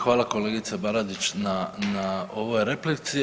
Hvala kolegice Baradić na ovoj replici.